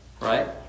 Right